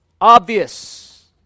obvious